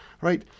right